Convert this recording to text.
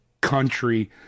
country